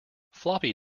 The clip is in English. floppy